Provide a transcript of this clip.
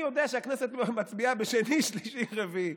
אני יודע שהכנסת מצביעה בשני, שלישי, רביעי.